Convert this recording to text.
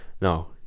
no